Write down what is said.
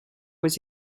was